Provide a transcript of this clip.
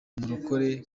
umurokore